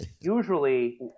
Usually